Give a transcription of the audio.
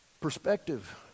perspective